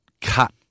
cut